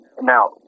Now